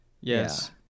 Yes